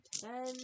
ten